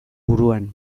buruan